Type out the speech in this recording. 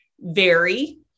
vary